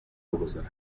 بگذارد